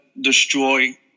destroy